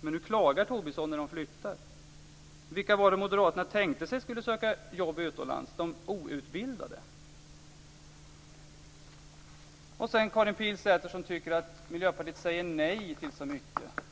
men nu klagar ni över att de flyttar. Vilka var det som moderaterna tänkte sig skulle söka jobb utomlands? Var det de outbildade? Karin Pilsäter tycker att Miljöpartiet säger nej till så mycket.